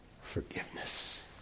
forgiveness